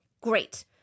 great